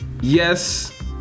yes